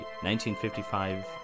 1955